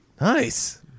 Nice